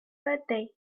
birthday